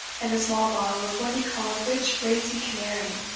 and a small bottle of what he called rich racy canary,